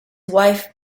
wife